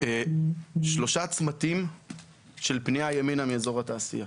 שלושה צמתים של פנייה ימינה מאזור התעשייה.